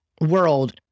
world